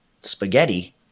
spaghetti